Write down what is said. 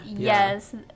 Yes